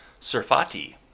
Surfati